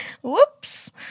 Whoops